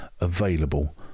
available